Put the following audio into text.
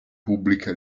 pubblica